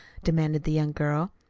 demanded the young girl.